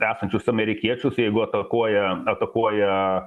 esančius amerikiečius jeigu atakuoja atakuoja